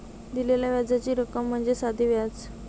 दिलेल्या व्याजाची रक्कम म्हणजे साधे व्याज